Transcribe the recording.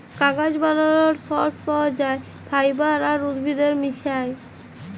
কাগজ বালালর সর্স পাউয়া যায় ফাইবার আর উদ্ভিদের মিশায়